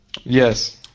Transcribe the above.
Yes